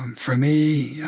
for me,